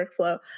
workflow